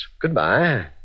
Goodbye